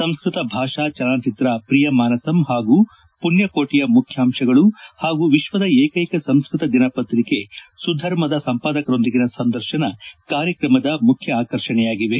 ಸಂಸ್ಕತ ಭಾಷಾ ಚಲನಚಿತ್ರ ಪ್ರಿಯಮಾನಸಂ ಹಾಗೂ ಮಣ್ಣಕೋಟಿಯ ಮುಖ್ವಾಂತಗಳು ಹಾಗೂ ವಿಶ್ವದ ಏಕೈಕ ಸಂಸ್ಕತ ದಿನಪತ್ರಿಕೆ ಸುಧರ್ಮದ ಸಂಪಾದಕರೊಂದಿಗಿನ ಸಂದರ್ಶನ ಕಾರ್ಯಕ್ರಮದ ಮುಖ್ಯ ಆಕರ್ಷಣೆಯಾಗಿವೆ